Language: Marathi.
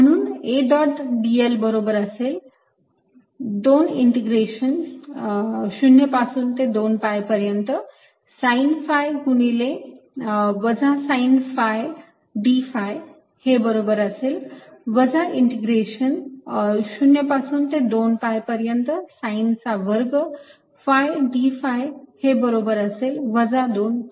म्हणून A डॉट dl बरोबर असेल 2 इंटिग्रेशन 0 पासून ते 2 pi पर्यंत sine phi गुणिले d phi हे बरोबर असेल वजा 2 इंटिग्रेशन 0 पासून ते 2 pi पर्यंत sine चा वर्ग phi d phi हे बरोबर होईल वजा 2 pi